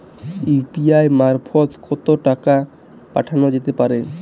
UPI মারফত কত টাকা পাঠানো যেতে পারে?